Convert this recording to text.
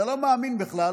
אתה לא מאמין בכלל